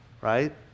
right